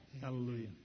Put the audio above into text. Hallelujah